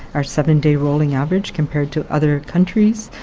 our seven-day rolling average compared to other countries,